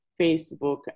Facebook